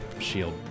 shield